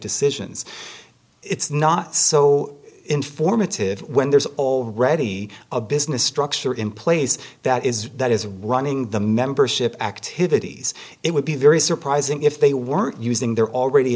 decisions it's not so informative when there's already a business structure in place that is that is running the membership activities it would be very surprising if they weren't using their already